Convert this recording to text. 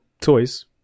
toys